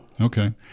Okay